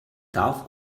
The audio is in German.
darf